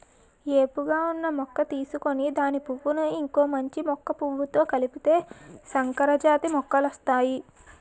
ఏపుగా ఉన్న మొక్క తీసుకొని దాని పువ్వును ఇంకొక మంచి మొక్క పువ్వుతో కలిపితే సంకరజాతి మొక్కలొస్తాయి